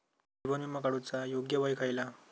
जीवन विमा काडूचा योग्य वय खयला?